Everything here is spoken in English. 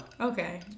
Okay